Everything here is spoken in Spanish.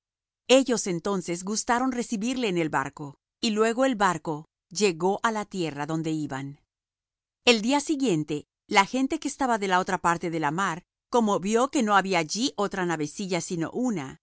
ellos entonces gustaron recibirle en el barco y luego el barco llegó á la tierra donde iban el día siguiente la gente que estaba de la otra parte de la mar como vió que no había allí otra navecilla sino una